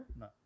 no